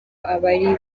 abari